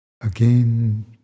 again